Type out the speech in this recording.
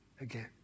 again